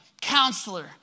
Counselor